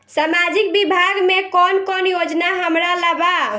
सामाजिक विभाग मे कौन कौन योजना हमरा ला बा?